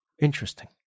Interesting